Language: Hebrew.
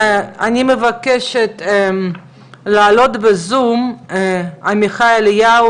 אני מבקשת להעלות בזום את עמיחי אליהו,